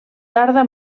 tarda